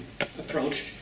approached